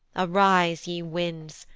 arise, ye winds,